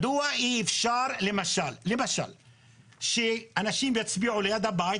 מדוע אי אפשר למשל שאנשים יצביעו ליד הבית,